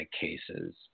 cases